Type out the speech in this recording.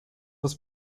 los